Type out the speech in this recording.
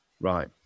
Right